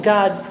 God